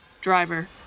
Driver